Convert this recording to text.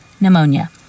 pneumonia